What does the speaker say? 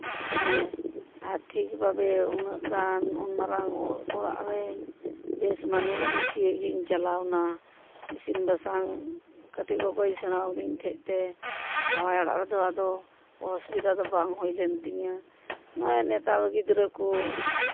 ᱦᱮᱸ ᱟᱨ ᱴᱷᱤᱠ ᱵᱷᱟᱵᱮ ᱩᱱᱟᱹᱜ ᱜᱟᱱ ᱩᱱ ᱢᱟᱨᱟᱝ ᱚᱲᱟᱜ ᱨᱮᱱ ᱵᱮᱥ ᱢᱟᱱᱤᱭᱮ ᱜᱩᱪᱷᱭᱮ ᱜᱤᱧ ᱪᱟᱞᱟᱣᱱᱟ ᱤᱥᱤᱱ ᱵᱟᱥᱟᱝ ᱠᱟᱹᱴᱤᱡ ᱜᱚᱜᱚᱭ ᱥᱮᱬᱟᱣ ᱟᱹᱫᱤᱧ ᱛᱟᱦᱮᱸᱫ ᱛᱮ ᱡᱟᱶᱟᱭ ᱚᱲᱟᱜ ᱨᱮᱫᱚ ᱟᱫᱚ ᱚᱥᱩᱵᱤᱫᱷᱟ ᱫᱚ ᱵᱟᱝ ᱦᱩᱭ ᱞᱮᱱ ᱛᱤᱧᱟᱹ ᱱᱚᱜᱼᱚᱭ ᱱᱮᱛᱟᱨ ᱜᱤᱫᱽᱨᱟᱹ ᱠᱚ